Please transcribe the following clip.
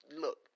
look